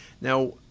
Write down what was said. Now